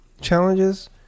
challenges